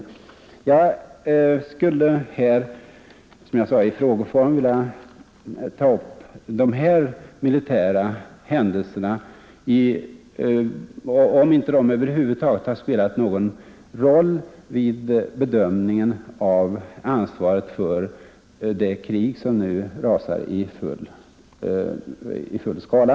Jag skulle här, som jag sade förut i frågeform vilja ta upp dessa militära händelser. Jag undrar om de inte över huvud taget spelat någon roll vid bedömningen av ansvaret för det krig som nu rasar i full skala.